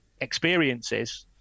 experiences –